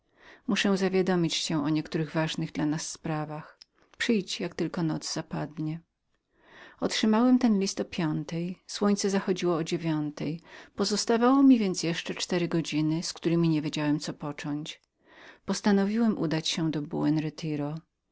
muszę zawiadomić cię o niektórych rzeczach ważnych dla naszego szczęścia przyjdź jak tylko noc zapadnie otrzymałem ten list o piątej słońce zachodziło o dziewiątej pozostawało mi więc jeszcze cztery godzin z któremi nie wiedziałem co począć postanowiłem udać się do